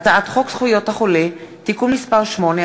הצעת חוק זכויות החולה (תיקון מס' 8),